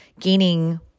gaining